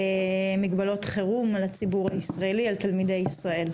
חירום לציבור הישראלי על תלמידי ישראל.